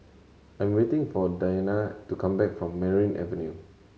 I am waiting for Dianna to come back from Merryn Avenue